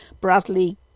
Bradley